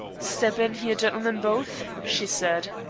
stip in here, gintlemen both, she said,